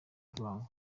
urwango